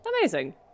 Amazing